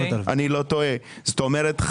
זאת אומרת,